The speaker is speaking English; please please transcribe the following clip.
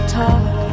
talk